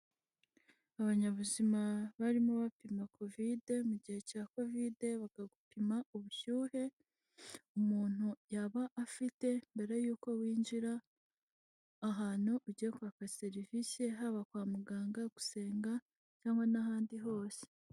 Abanyabuzima barimo bapima kovide mu gihe cya kovide bakagupima ubushyuhe, umuntu yaba afite mbere y'uko winjira ahantu ugiye kwaka serivisi, haba kwa muganga gusenga cyangwa n'ahandi hose.